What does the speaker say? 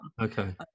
Okay